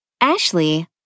Ashley